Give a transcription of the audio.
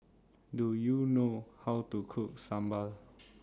Do YOU know How to Cook Sambal